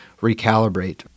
recalibrate